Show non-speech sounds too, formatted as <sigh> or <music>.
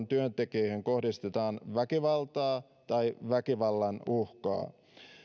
<unintelligible> työntekijöihin kohdistetaan väkivaltaa tai väkivallan uhkaa